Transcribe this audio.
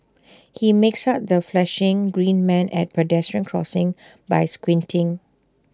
he makes out the flashing green man at pedestrian crossings by squinting